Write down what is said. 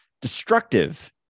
destructive